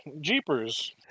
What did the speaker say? Jeepers